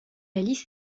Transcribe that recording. alice